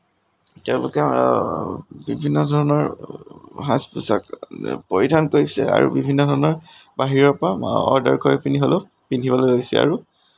তেওঁলোকে বিভিন্ন ধৰণৰ সাজ পোচাক পৰিধান কৰিছে আৰু বিভিন্ন ধৰণৰ বাহিৰৰ পৰা অৰ্ডাৰ কৰি পিন্ধি হ'লেও পিন্ধিবলৈ লৈছে আৰু